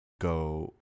go